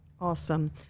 Awesome